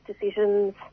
decisions